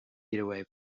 getaway